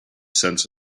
scent